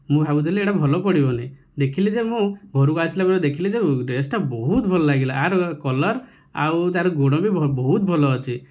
ମୁଁ ଭାବୁଥିଲି ଏଇଟା ଭଲ ପଡ଼ିବନି ଦେଖିଲି ଯେ ମୁଁ ଘରକୁ ଆସିଲା ପରେ ଦେଖିଲି ଯେ ଡ୍ରେସଟା ବହୁତ ଭଲ ଲାଗିଲା ଆର କଲର୍ ଆଉ ତାର ଗୋଡ଼ବି ବହୁତ ଭଲ ଅଛି